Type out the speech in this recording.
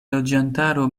loĝantaro